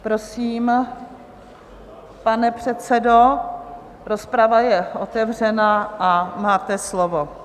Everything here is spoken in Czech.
Prosím, pane předsedo, rozprava je otevřena a máte slovo.